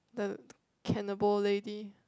the cannibal lady